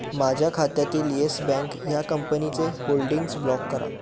माझ्या खात्यातील Yes Bank या कंपनीचे होल्डिंग्स ब्लॉक करा